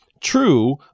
true